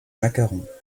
macarons